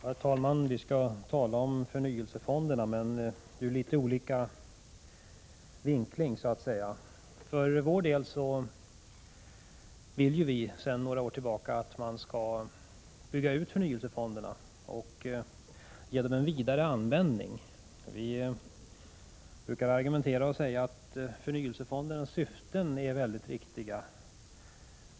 Herr talman! Vi skall tala om förnyelsefonderna men ur litet olika vinklar, så att säga. För vår del vill vi sedan några år tillbaka att man skall bygga ut förnyelsefonderna och ge dem vidare användning. Vi brukar säga att förnyelsefondernas syften är väldigt viktiga.